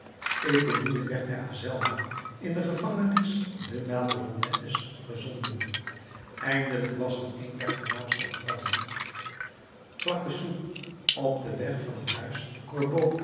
eponine werd bij azelma in de gevangenis de madelonnettes gezonden eindelijk was een der voornaamste gevangenen claquesous op den weg van het huis